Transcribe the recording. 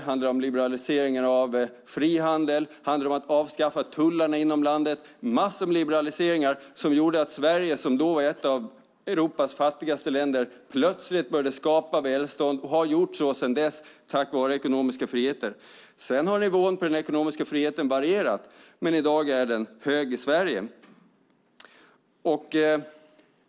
Det handlade om liberalisering av frihandel. Det handlade om att avskaffa tullarna inom landet. Det var massor av liberaliseringar som gjorde att Sverige, som då var ett av Europas fattigaste länder, plötsligt började skapa välstånd. Så har man gjort sedan dess, tack vare ekonomiska friheter. Sedan har nivån på den ekonomiska friheten varierat, men i dag är den hög i Sverige.